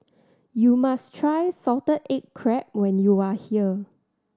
you must try salted egg crab when you are here